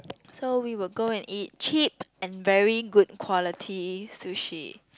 so we were go and eat cheap and very good quality sushi